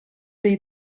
dei